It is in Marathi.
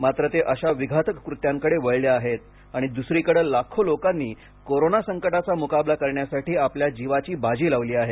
मात्र ते अशा विघातक कृत्यांकडे वळले आहेत आणि दुसरीकडे लाखो लोकांनी कोरोना संकटाचा मुकाबला करण्यासाठी आपल्या जिवाची बाजी लावली आहे